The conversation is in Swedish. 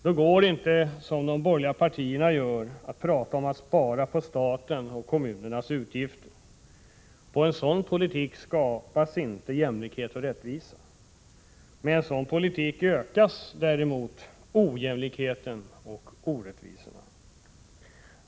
Då går det inte, som de borgerliga partierna gör, att bara prata om att spara på statens och kommunernas utgifter. Med en sådan politik skapas inte jämlikhet och rättvisa. Med en sådan politik ökas däremot ojämlikheten och orättvisorna.